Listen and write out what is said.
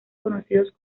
conocidos